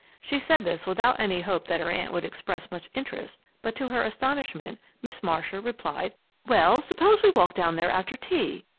she said this without any hope that her aunt would express much interest but to her astonishment, miss marcia replied well, suppose we walk down there after tea.